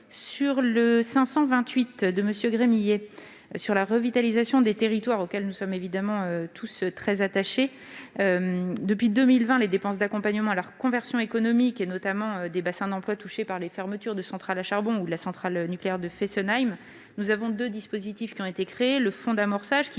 a pour objet la revitalisation des territoires, à laquelle nous sommes évidemment tous très attachés. Depuis 2020, pour les dépenses d'accompagnement à la reconversion économique, notamment des bassins d'emplois touchés par les fermetures de centrales à charbon ou la centrale nucléaire de Fessenheim, deux dispositifs ont été créés : le fonds d'amorçage, qui